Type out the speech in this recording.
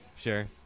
sure